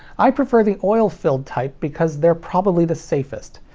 i prefer the oil-filled type because they're probably the safest.